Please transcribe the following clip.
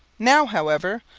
now, however,